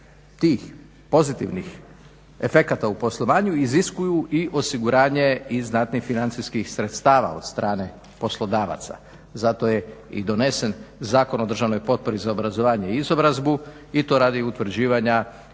tih pozitivnih efekata u poslovanju iziskuju i osiguranje i znatnih financijskih sredstava od strane poslodavaca zato je i donesen Zakon o državnoj potpori za obrazovanje i izobrazbu i to radi utvrđivanja